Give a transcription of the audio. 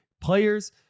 players